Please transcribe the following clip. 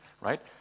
right